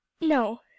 No